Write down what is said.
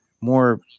More